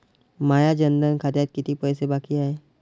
माया जनधन खात्यात कितीक पैसे बाकी हाय?